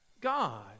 God